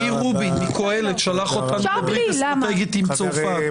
מאיר רובין מקהלת שלח אותם לברית אסטרטגית עם צרפת.